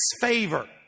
favor